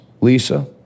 Lisa